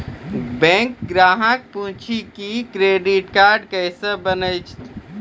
Bank ग्राहक पुछी की क्रेडिट कार्ड केसे बनेल?